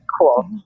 Cool